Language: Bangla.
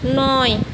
নয়